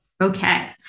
Okay